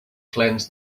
cleanse